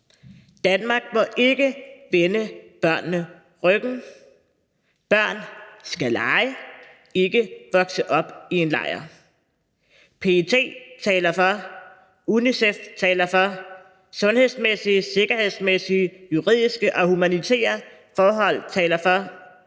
Danmark må ikke vende børnene ryggen. Børn skal lege, ikke vokse op i en lejr. PET taler for. UNICEF taler for. Sundhedsmæssige, sikkerhedsmæssige, juridiske og humanitære forhold taler for.